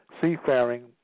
seafaring